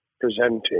presenting